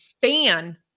ban